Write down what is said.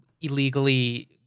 illegally